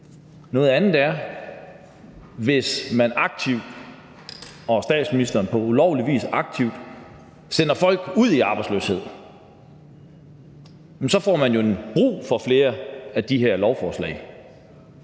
noget andet er, hvis man som statsministeren på ulovlig vis aktivt sender folk ud i arbejdsløshed, for så får man jo brug for flere af de her lovforslag.